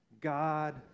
God